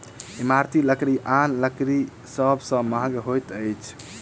इमारती लकड़ी आन लकड़ी सभ सॅ महग होइत अछि